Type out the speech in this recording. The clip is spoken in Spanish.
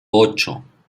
ocho